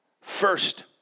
First